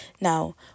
now